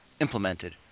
implemented